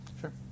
Sure